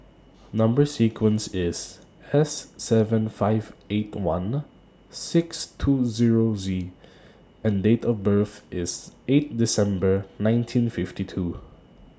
Number sequence IS S seven five eight one six two Zero Z and Date of birth IS eight December nineteen fifty two